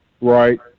right